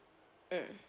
mm